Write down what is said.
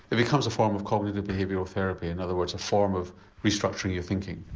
it becomes a form of cognitive behavioural therapy, in other words a form of restructuring your thinking.